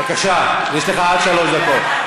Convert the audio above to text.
בבקשה, יש לך עד שלוש דקות.